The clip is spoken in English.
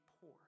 poor